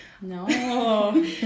No